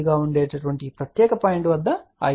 45 గా ఉండే ఈ ప్రత్యేక పాయింట్ వద్ద ఆగిపోతాము